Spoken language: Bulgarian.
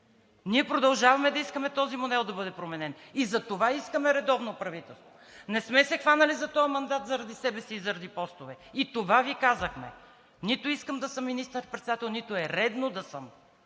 Ние продължаваме да искаме този модел да бъде променен и затова искаме редовно правителство. Не сме се хванали за този мандат заради себе си и заради постове. И това Ви казахме. Нито искам да съм министър-председател, нито е редно да съм.